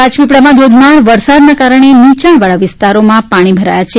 રાજપીપળામાં ધોધમાર વરસાદના કારણે નીચાણવાળા વિસ્તારોમાં પાણી ભરાયા છે